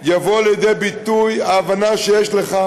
תבוא לידי ביטוי ההבנה, שיש לך,